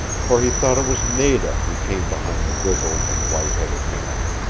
for he thought it was nada who came behind the grizzled and white-headed man.